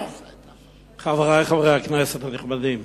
חברי חברי הכנסת הנכבדים,